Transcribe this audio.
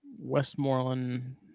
Westmoreland